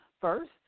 first